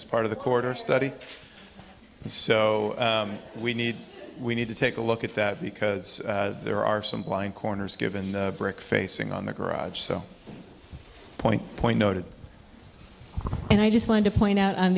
as part of the quarter study so we need we need to take a look at that because there are some blind corners given the brick facing on the garage so point point noted and i just wanted to point out on